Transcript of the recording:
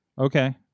Okay